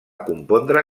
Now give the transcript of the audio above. compondre